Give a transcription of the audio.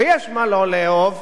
ויש מה לא לאהוב,